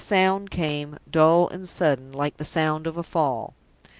then a sound came dull and sudden, like the sound of a fall.